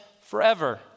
forever